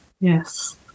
Yes